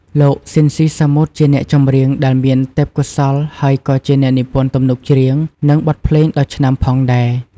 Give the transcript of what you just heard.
លោក ស៊ីន ស៊ីសាមុត ជាអ្នកចម្រៀងដែលមានទេពកោសល្យហើយក៏ជាអ្នកនិពន្ធទំនុកច្រៀង និងបទភ្លេងដ៏ឆ្នើមផងដែរ ។